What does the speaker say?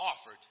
offered